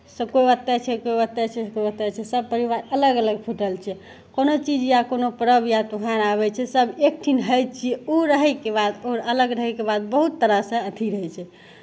सभकोइ एतय छै कोइ ओतय छै कोइ ओतय छै सभ परिवार अलग अलग फूटल छै कोनो चीज या कोनो पर्व या त्योहार आबै छै सभ एकठिन होइ छियै ओ रहयके बात ओ अलग रहयके बात बहुत बड़ा सा अथी रहै छै